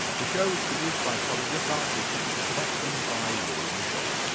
the show was produced by polly rickard with technical production by louis mitchell.